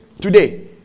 today